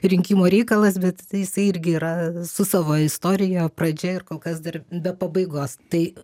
rinkimų reikalas bet tai jisai irgi yra su savo istorija pradžia ir kol kas dar be pabaigos tai